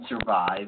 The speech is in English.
survive